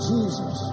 Jesus